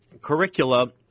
curricula